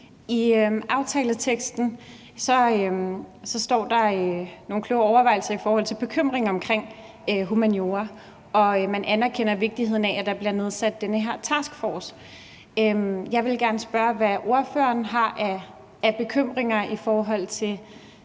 I aftaleteksten står der nogle kloge overvejelser i forhold til bekymringen omkring humaniora, og man anerkender vigtigheden af, at der bliver nedsat den her taskforce. Jeg vil gerne spørge, hvad ordføreren har af bekymringer i forhold til